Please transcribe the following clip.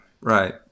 Right